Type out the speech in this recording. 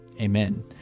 Amen